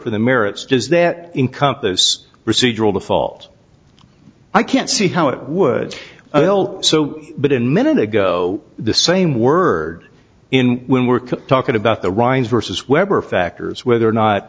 from the merits does that encompass procedural default i can't see how it would well so but in minute ago the same word in when we're talking about the rinds versus weber factors whether or not